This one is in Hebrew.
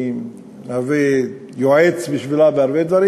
אני מהווה יועץ בשבילה בהרבה דברים.